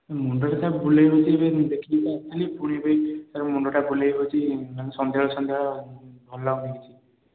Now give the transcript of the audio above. ମୁଣ୍ଡଟା ସାର୍ ବୁଲାଇଦେଉଛି ଏବେ ଦେଖିଲି ତ ପୁଣି ଏବେ ସାର୍ ମୁଣ୍ଡଟା ବୁଲାଇହେଉଛି ସନ୍ଧ୍ୟାବେଳ ସନ୍ଧ୍ୟାବେଳ ଭଲ ଲାଗୁନି କିଛି